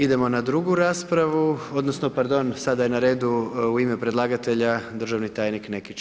Idemo na drugu raspravu, odnosno, pardon, sada je na redu u ime predlagatelja, državni tajnik Nekić.